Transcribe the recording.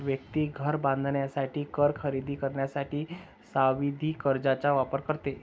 व्यक्ती घर बांधण्यासाठी, कार खरेदी करण्यासाठी सावधि कर्जचा वापर करते